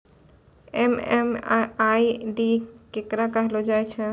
MMID केकरा कहलो जाय छै